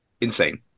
insane